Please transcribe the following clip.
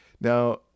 Now